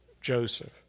Joseph